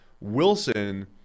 wilson